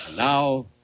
Now